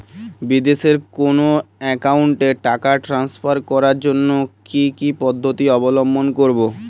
বিদেশের কোনো অ্যাকাউন্টে টাকা ট্রান্সফার করার জন্য কী কী পদ্ধতি অবলম্বন করব?